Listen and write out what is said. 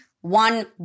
one